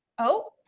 oh,